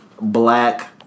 black